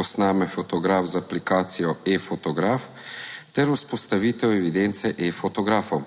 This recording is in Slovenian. posname fotograf z aplikacijo eFotograf, ter vzpostavitev evidence eFotografov.